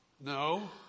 No